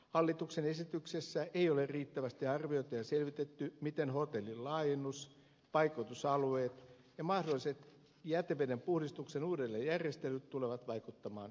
hallituksen esityksessä ei ole riittävästi arvioitu ja selvitetty miten hotellin laajennus paikoitusalueet ja mahdolliset jätevedenpuhdistuksen uudelleenjärjestelyt tulevat vaikuttamaan näihin lajeihin